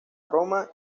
roma